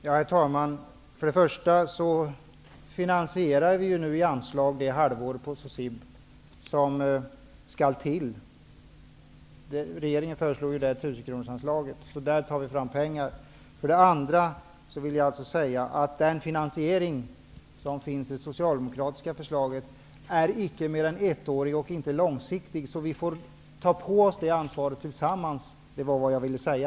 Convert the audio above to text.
Herr talman! Vi finansierar nu med anslag SIB för det halvår som skall till. Regeringen föreslog ju i det sammanhanget ett anslag på 1 000 kr. Där tar vi alltså fram pengar. Den finansiering som finns i det socialdemokratiska förslaget är icke mer än ettårig och inte långsiktig, så vi får tillsammans ta på oss det ansvaret. Det var vad jag ville säga.